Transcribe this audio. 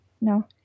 no